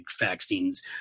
vaccines